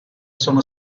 sono